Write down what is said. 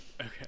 Okay